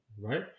right